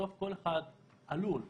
בסוף כל אחד עלול להגיד: